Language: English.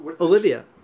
Olivia